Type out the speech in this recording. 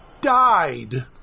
died